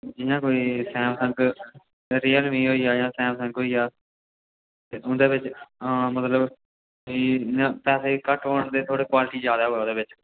जि'यां कोई Samsung Realme होई गेआ जां सेमसंग होई गेआ ते उं'दे बिच्च हां मतलब कोई इ'यां पैसे घट्ट होन ते थोह्ड़ी कवाल्टी ज्यादा होवे ओह्दे बिच्च